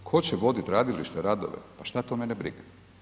Tko će voditi gradilište, radove, pa što to mene briga.